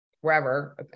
wherever